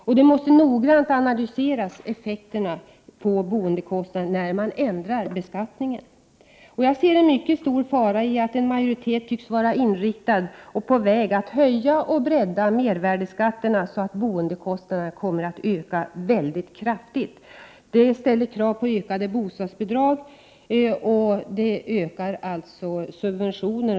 Och effekterna på boendekostnaderna i och med en Prot. 1988/89:124 förändring av beskattningen måste noggrant analyseras. Jag ser en mycket 30 maj 1989 stor fara i att en majoritet tycks vara inriktad på och på väg att höja och Vi tighetsbredda mervärdeskatten så att boendekostnaderna kommer att öka mycket SG kraftigt. Detta ställer krav på ökade bostadsbidrag, vilket innebär ökade mon reborn subventioner.